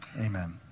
Amen